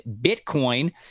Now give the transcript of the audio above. bitcoin